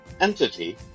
entity